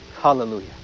Hallelujah